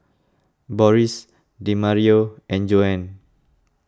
Boris Demario and Joanne